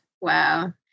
Wow